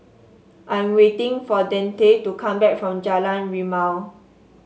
I'm waiting for Deante to come back from Jalan Rimau